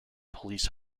police